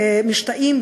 משתאים,